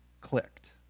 clicked